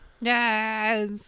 Yes